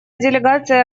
делегация